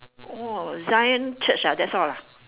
oh zion church ah that's all ah